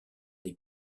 des